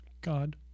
God